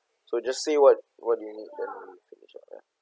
so just say what what do you need then we finish up lah